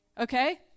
Okay